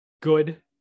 good